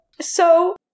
So-